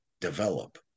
develop